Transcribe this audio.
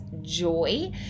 Joy